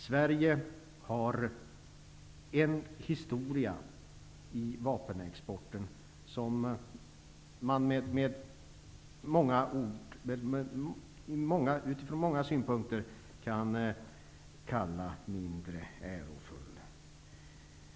Sverige har en historia i fråga om vapenexporten som man utifrån många synpunkter kan kalla mindre ärofull.